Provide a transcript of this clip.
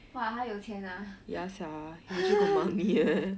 !wah! 他有钱 ah